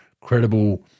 credible